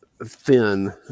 thin